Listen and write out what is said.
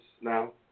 now